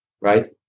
right